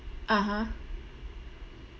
(uh huh)